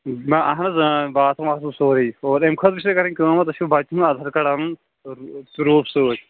اَہن حظ آ باتھ روٗم واتھ روٗم سورُے سورُے اَمہِ خأطرٕ چھُو تۄہہِ کرٕنۍ کأم حظ تۄہہِ چھُو بچن ہُنٛد آدھار کارڈ آنُن ضروٗر سۭتۍ